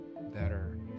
better